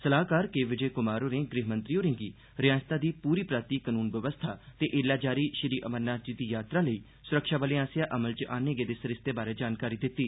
सलाहकार के विजय कुमार होरें गृह मंत्री होरें'गी रिआसता दी पूरी पराती कानून बवस्था ते ऐल्लै जारी श्री अमरनाथजी दी यात्रा लेई सुरक्षाबलें आसेआ अमल च आह्न्ने गेदे सरिस्ते बारै जानकारी दित्ती